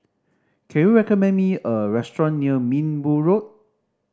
can you recommend me a restaurant near Minbu Road